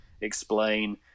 explain